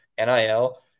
NIL